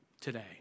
today